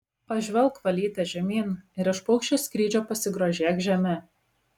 pažvelk valyte žemyn ir iš paukščio skrydžio pasigrožėk žeme